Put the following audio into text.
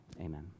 Amen